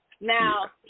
Now